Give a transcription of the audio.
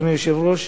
אדוני היושב-ראש,